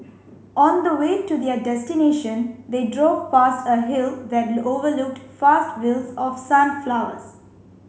on the way to their destination they drove past a hill that overlooked vast fields of sunflowers